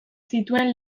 zituen